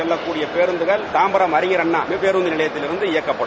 செல்லக்கூடிய பேருந்தகள் தாம்பாம் அறிஞர் அண்ணா பேருந்து நிலையத்திலிருந்து இயக்கப்படும்